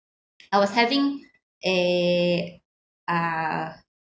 I was having a uh